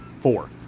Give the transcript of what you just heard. four